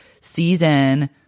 season